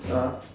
ah